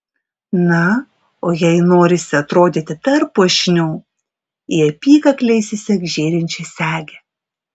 na o jei norisi atrodyti dar puošniau į apykaklę įsisek žėrinčią segę